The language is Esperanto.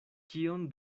kion